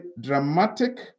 dramatic